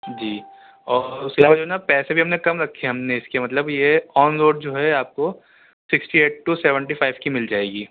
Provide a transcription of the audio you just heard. جی اور اس کے علاوہ جو ہے نا پیسے بھی ہم نے کم رکھے ہیں ہم نے اس کے مطلب یہ آن روڈ جو ہے آپ کو sixty eight to seventy five کی مل جائے گی